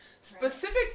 Specific